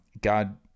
God